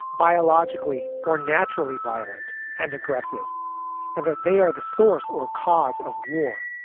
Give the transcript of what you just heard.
biologically or naturally, violent and aggressive and that they are the source or cause of war.